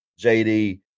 JD